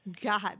god